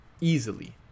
Easily